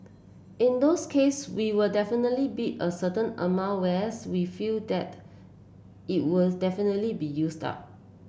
in those case we will definitely bid a certain amount where we feel that it will definitely be used up